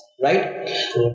right